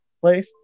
place